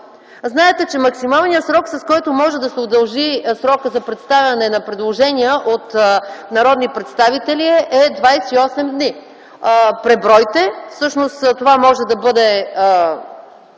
Знаете, че максималният срок, с който може да се удължи срокът за представяне на предложения от народни представители, е 28 дни. Пребройте. Всъщност това може да бъде